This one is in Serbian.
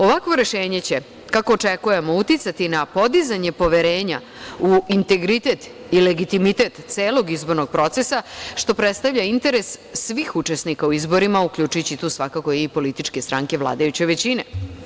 Ovakvo rešenje će, kako očekujemo, uticati na podizanje poverenja u integritet i legitimitet celog izbornog procesa, što predstavlja interes svih učesnika u izborima, uključujući i tu svakako i političke stranke vladajuće većine.